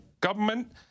government